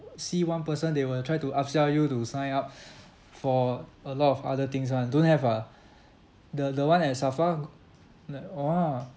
see one person they will try to upsell you to sign up for a lot of other things [one] don't have ah the the one at SAFRA like !wah!